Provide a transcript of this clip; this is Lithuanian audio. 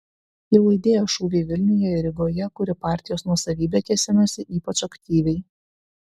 jau aidėjo šūviai vilniuje ir rygoje kur į partijos nuosavybę kėsinosi ypač aktyviai